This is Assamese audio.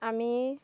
আমি